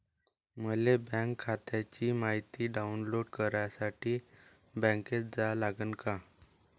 मले बँक खात्याची मायती डाऊनलोड करासाठी बँकेत जा लागन का?